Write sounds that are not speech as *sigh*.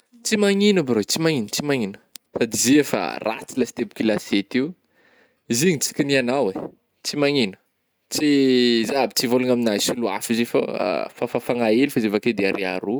Tsy magnino brô, tsy mangino tsy magnino, sady izy io efa ratsy lesy tebok'io lasiety io, izy igny tsy kigniagnao eh, tsy magnino, tsy zah aby tsy ivôlagna amigna soloy hafa izy io fô *hesitation* fafafagna hely fa izy akeo de arià a roh.